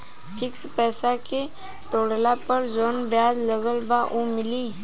Fix पैसा के तोड़ला पर जवन ब्याज लगल बा उ मिली?